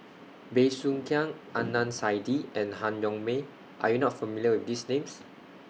Bey Soo Khiang Adnan Saidi and Han Yong May Are YOU not familiar with These Names